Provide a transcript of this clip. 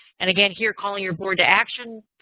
and again, here calling your board to action,